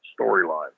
storyline